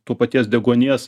to paties deguonies